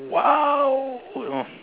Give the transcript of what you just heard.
!wow!